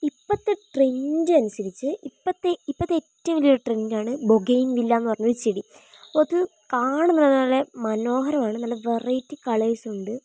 ഇപ്പത്തെ ട്രെൻഡ് അനുസരിച്ച് ഇപ്പത്തെ ഇപ്പത്തെ ഏറ്റവും വലിയൊരു ട്രെൻഡ് ആണ് ബോഗെയിൻ വില്ലാന്ന് പറഞ്ഞൊരു ചെടി അത് കാണുമ്പം തന്നെ നല്ല മനോഹരാണ് നല്ല വെറൈറ്റി കളേഴ്സുണ്ട്